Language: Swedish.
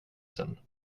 sen